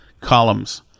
columns